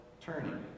turning